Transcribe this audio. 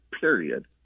period